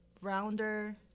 rounder